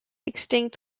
extinct